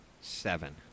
seven